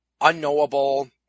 unknowable